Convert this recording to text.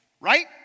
Right